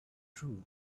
true